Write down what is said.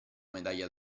medaglia